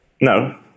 No